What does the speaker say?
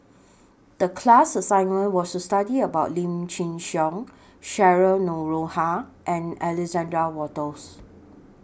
The class assignment was to study about Lim Chin Siong Cheryl Noronha and Alexander Wolters